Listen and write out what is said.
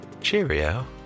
cheerio